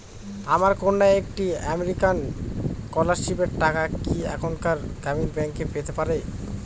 আমার কন্যা একটি আমেরিকান স্কলারশিপের টাকা কি এখানকার গ্রামীণ ব্যাংকে পেতে পারে?